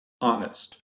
Honest